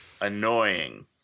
annoying